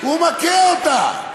והוא מכה אותה.